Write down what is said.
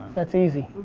that's easy.